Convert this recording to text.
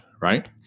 right